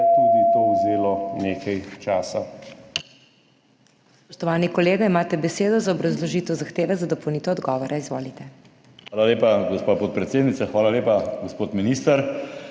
tudi to vzelo nekaj časa.